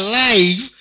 life